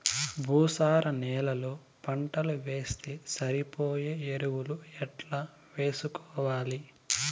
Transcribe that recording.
భూసార నేలలో పంటలు వేస్తే సరిపోయే ఎరువులు ఎట్లా వేసుకోవాలి?